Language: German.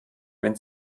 wenn